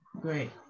Great